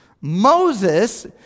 Moses